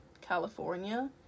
California